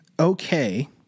okay